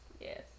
Yes